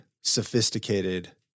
sophisticated